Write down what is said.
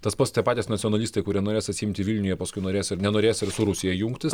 tas pats tie patys nacionalistai kurie norės atsiimti vilnių jie paskui norės ir nenorės ir su rusija jungtis